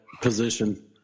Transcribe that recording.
position